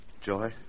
Joy